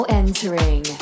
entering